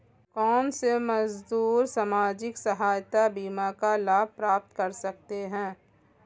कौनसे मजदूर सामाजिक सहायता बीमा का लाभ प्राप्त कर सकते हैं?